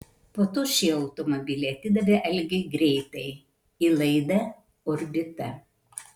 po to šį automobilį atidavė algiui greitai į laidą orbita